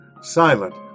silent